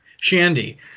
Shandy